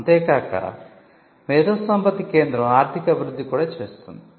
అంతే కాక మేధోసంపత్తి కేంద్రం ఆర్థిక అభివృద్ధి కూడా చేస్తుంది